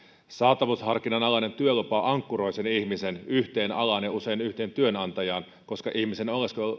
saatavuusharkinnan alainen työlupa ankkuroi ihmisen yhteen alaan ja usein yhteen työnantajaan koska ihmisen